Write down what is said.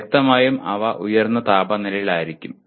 വ്യക്തമായും അവ ഉയർന്ന താപനിലയിലായിരിക്കും